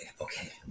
okay